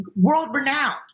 world-renowned